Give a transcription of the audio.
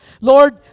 Lord